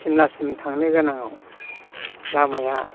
सिमलासिम थांनो गोनाङाव लामाया